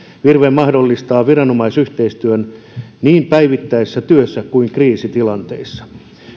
virve mahdollistaa viranomaisyhteistyön niin päivittäisessä työssä kuin kriisitilanteissa